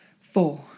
four